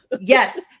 Yes